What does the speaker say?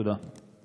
תודה.